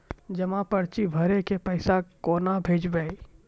जमा पर्ची भरी के पैसा केना भेजबे?